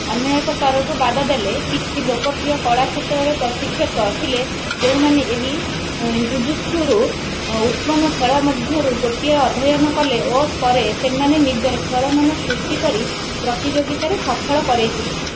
ଅନ୍ୟ ଏକ ସ୍ତରକୁ ବାଦ ଦେଲେ କିଛି ଲୋକପ୍ରିୟ କଳା କ୍ଷେତ୍ରରେ ପ୍ରଶିକ୍ଷକ ଥିଲେ ଯେଉଁମାନେ ଏହି ଜୁଜୁତ୍ସୁରୁ ଉତ୍ପନ୍ନ ଖେଳ ମଧ୍ୟରୁ ଗୋଟିକୁ ଅଧ୍ୟୟନ କଲେ ଓ ପରେ ସେମାନେ ନିଜର ଖେଳମାନ ସୃଷ୍ଟି କରି ପ୍ରତିଯୋଗୀତାରେ ସଫଳ କରେଇଥିଲେ